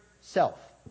self